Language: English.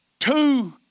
Two